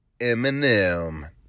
Eminem